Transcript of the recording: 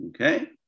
okay